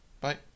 Bye